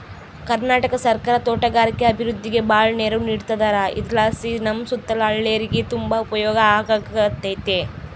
ಕರ್ನಾಟಕ ಸರ್ಕಾರ ತೋಟಗಾರಿಕೆ ಅಭಿವೃದ್ಧಿಗೆ ಬಾಳ ನೆರವು ನೀಡತದಾರ ಇದರಲಾಸಿ ನಮ್ಮ ಸುತ್ತಲ ಹಳ್ಳೇರಿಗೆ ತುಂಬಾ ಉಪಯೋಗ ಆಗಕತ್ತತೆ